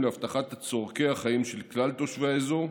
להבטחת צורכי החיים של כלל תושבי האזור,